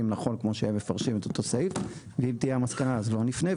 נכון כמו שהם מפרשים את אותו סעיף ואם תהיה המסקנה אז לא נפנה,